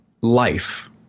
life